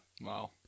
wow